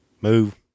Move